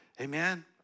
Amen